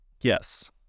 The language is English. Yes